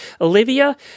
Olivia